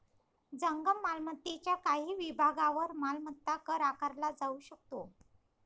जंगम मालमत्तेच्या काही विभागांवर मालमत्ता कर आकारला जाऊ शकतो